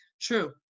True